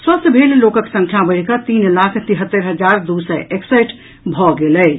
स्वस्थ्य भेल लोकक संख्या बढ़िकऽ तीन लाख तिहत्तरि हजार दू सय एकसठि भऽ गेल अछि